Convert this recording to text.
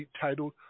titled